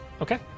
Okay